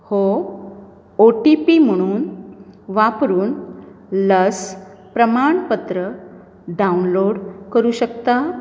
हो O T P म्हणून वापरून लस प्रमाण पत्र डावनलोड करूं शकता